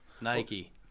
Nike